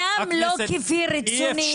אמנם לא כפי רצוני שמפעיל את חוקי --- חברת הכנסת,